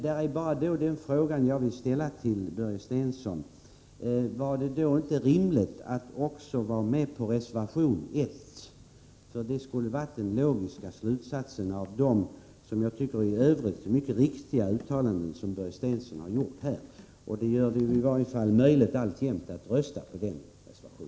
Jag vill dock ställa en fråga till Börje Stensson: Vore det inte rimligt, med tanke på dessa uttalanden, att också vara med på reservation 1? Det skulle vara den logiska slutsatsen av de i övrigt mycket riktiga uttalanden som Börje Stensson gjort här. Det är alltjämt möjligt att rösta på den reservationen.